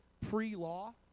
pre-law